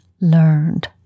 learned